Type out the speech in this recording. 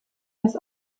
das